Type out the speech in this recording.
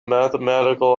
mathematical